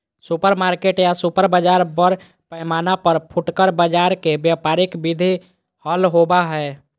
supermarket या super बाजार बड़ पैमाना पर फुटकर बाजार के व्यापारिक विधि हल होबा हई